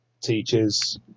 teachers